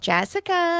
Jessica